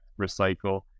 recycle